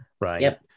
right